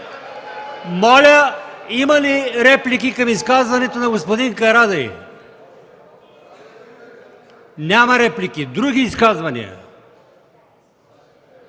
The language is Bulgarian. Моля, има ли реплики към изказването на господин Карадайъ? Няма. Други изказвания?